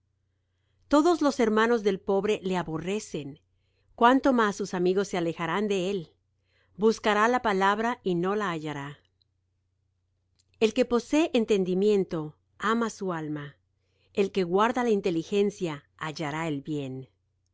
todos los hermanos del pobre le aborrecen cuánto más sus amigos se alejarán de él buscará la palabra y no la hallará el que posee entendimiento ama su alma el que guarda la inteligencia hallará el bien